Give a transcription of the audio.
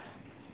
!wah!